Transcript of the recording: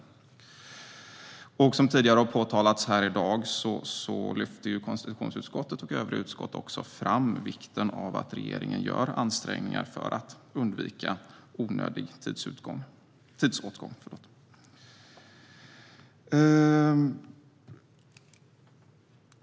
Som tidigare har påpekats här i dag lyfter konstitutionsutskottet och övriga utskott också fram vikten av att regeringen gör ansträngningar för att undvika onödig tidsåtgång.